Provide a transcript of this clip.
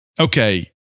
okay